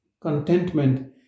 contentment